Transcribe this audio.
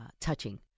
touching